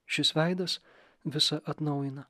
šis veidas visa atnaujina